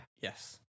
Yes